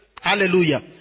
Hallelujah